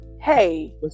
hey